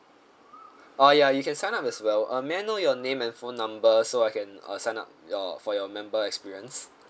uh ya you can sign up as well uh may I know your name and phone number so I can uh sign up your for your member experience